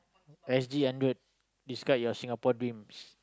S_G-hundred describe your Singapore dreams